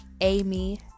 Amy